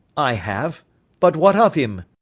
i have but what of him?